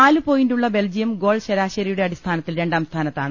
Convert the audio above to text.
നാലു പോയിന്റുള്ള Belgium goal ശരാശരിയുടെ അടിസ്ഥാനത്തിൽ രണ്ടാം സ്ഥാനത്താണ്